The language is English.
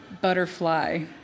butterfly